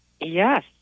Yes